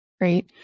right